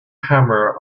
hammer